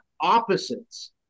opposites